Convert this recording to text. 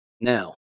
Now